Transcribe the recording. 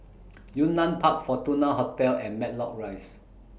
Yunnan Park Fortuna Hotel and Matlock Rise